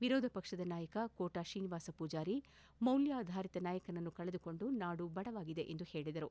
ವಿರೋಧ ಪಕ್ಷದ ನಾಯಕ ಕೋಟಾ ಶ್ರೀನಿವಾಸ ಪೂಜಾರಿ ಮೌಲ್ಯಾಧಾರಿತ ನಾಯಕನನ್ನು ಕಳೆದುಕೊಂಡು ನಾಡು ಬಡವಾಗಿದೆ ಎಂದು ಹೇಳಿದರು